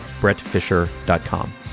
brettfisher.com